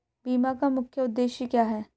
बीमा का मुख्य उद्देश्य क्या है?